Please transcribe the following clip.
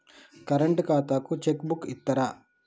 Current ఖాతాకు cheque book ఇత్తరా?